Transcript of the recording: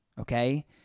Okay